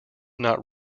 not